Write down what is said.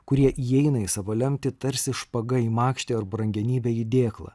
kurie įeina į savo lemtį tarsi špaga į makštį ar brangenybė į dėklą